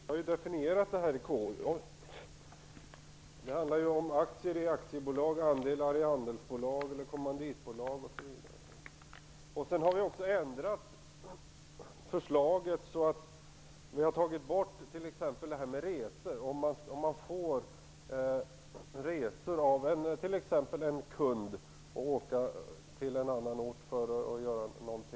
Fru talman! Vi har definierat det här i KU. Det handlar om aktier i aktiebolag, andelar i andelsbolag eller kommanditbolag osv. Vi har också ändrat förslaget. Vi har t.ex. tagit bort detta med resor - att man får resor av t.ex. en kund för att åka till en annan ort för att göra något.